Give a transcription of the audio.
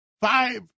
Five